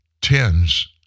tens